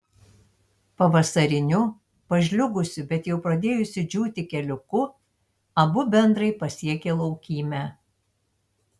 pavasariniu pažliugusiu bet jau pradėjusiu džiūti keliuku abu bendrai pasiekė laukymę